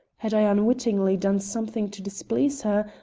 had i unwittingly done something to displease her,